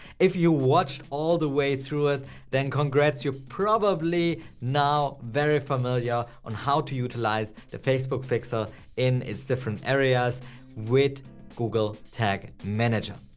if you watch all the way through it then congrats. you're probably now very familiar on how to utilize the facebook pixel in its different areas with google tag manager.